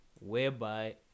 Whereby